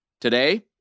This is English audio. Today